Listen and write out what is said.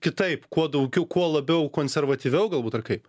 kitaip kuo daugiau kuo labiau konservatyviau galbūt ar kaip